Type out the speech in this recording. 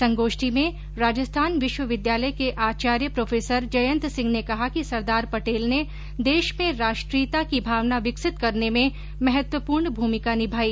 संगोष्ठी में राजस्थान विश्वविद्यालय के आचार्य प्रोफेसर जयंत सिंह ने कहा कि सरदार पटेल ने देश में राष्ट्रीयता की भावना विकसित करने में महत्वपूर्ण भूमिका निभाई